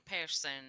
person